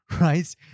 right